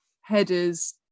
headers